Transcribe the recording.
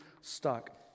stuck